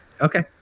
Okay